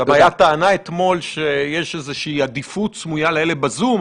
גם הייתה טענה אתמול שיש איזושהי עדיפות סמויה לאלה שבזום.